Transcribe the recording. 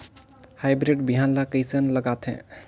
Hybrid बिहान ला कइसन लगाथे?